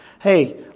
Hey